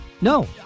No